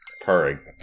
Purring